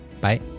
bye